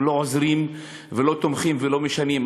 הם לא עוזרים ולא תומכים ולא משנים.